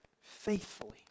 faithfully